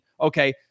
okay